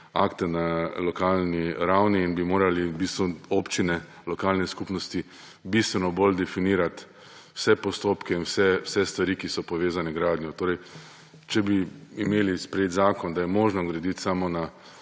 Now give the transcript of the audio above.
akte na lokalni ravni in bi morale občine, lokalne skupnosti bistveno bolj definirati vse postopke in vse stvari, ki so povezane z gradnjo. Če bi imeli sprejet zakon, da gradbena